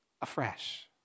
afresh